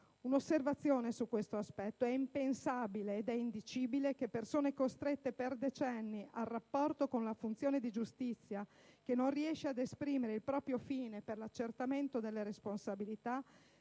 Un'osservazione su questo aspetto: è impensabile ed indicibile che persone costrette per decenni al rapporto con una funzione di giustizia che non riesce ad esprimere il proprio fine con l'accertamento delle responsabilità,